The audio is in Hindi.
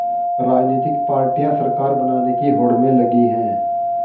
राजनीतिक पार्टियां सरकार बनाने की होड़ में लगी हैं